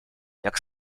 jak